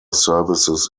services